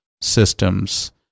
systems